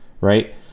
right